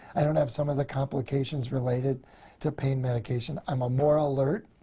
i don't have some of the complications related to pain medication. i'm ah more alert.